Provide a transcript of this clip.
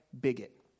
bigot